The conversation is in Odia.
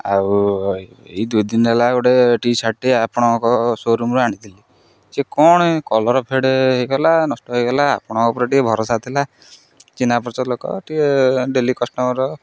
ଆଉ ଏଇ ଦୁଇ ଦିନ ହେଲା ଗୋଟେ ଟି ସାର୍ଟଟି ଆପଣଙ୍କ ସୋରୁମରୁ ଆଣିଥିଲି ଯେ କ'ଣ କଲର ଫେଡ଼ ହେଇଗଲା ନଷ୍ଟ ହେଇଗଲା ଆପଣଙ୍କ ଉପରେ ଟିକେ ଭରଷା ଥିଲା ଚିହ୍ନାପରିଚୟ ଲୋକ ଟିକେ ଡେଲି କଷ୍ଟମର